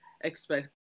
expect